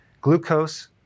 Glucose